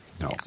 No